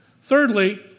Thirdly